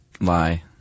lie